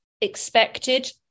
expected